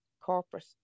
corporate